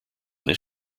this